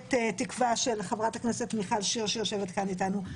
מפלגת תקווה של חברת הכנסת מיכל שיר שיושבת כאן אתנו,